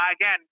Again